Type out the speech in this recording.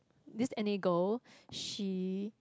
this N_A girl she